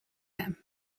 him